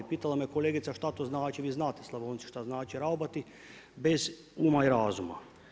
Pitala me kolegica šta to znači, vi znate Slavonci šta znači raubati, bez uma i razuma.